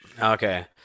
Okay